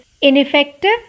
ineffective